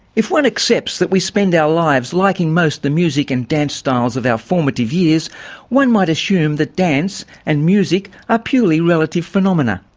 if one accepts that we spend our lives liking most the music and dance styles of our formative years one might assume that dance and music are purely relative phenomena,